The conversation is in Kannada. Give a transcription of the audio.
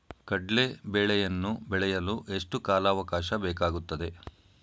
ಕಡ್ಲೆ ಬೇಳೆಯನ್ನು ಬೆಳೆಯಲು ಎಷ್ಟು ಕಾಲಾವಾಕಾಶ ಬೇಕಾಗುತ್ತದೆ?